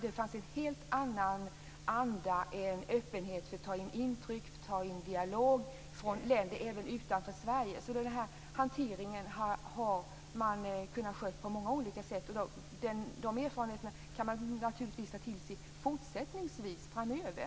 Då fanns en helt annan anda och en öppenhet för att ta in intryck och föra en dialog med länder utanför Sverige. Denna hantering har man kunnat sköta på många olika sätt, och erfarenheterna kan man naturligtvis ta till sig fortsättningsvis framöver.